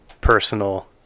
personal